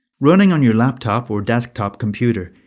running on your laptop or desktop computer,